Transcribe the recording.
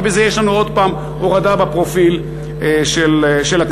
כי בזה יש לנו עוד פעם הורדה בפרופיל של הכנסת.